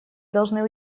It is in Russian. должны